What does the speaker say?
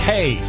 Hey